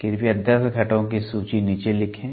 कृपया 10 घटकों की सूची नीचे लिखें